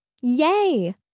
Yay